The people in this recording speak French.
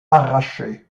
arrachées